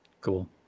cool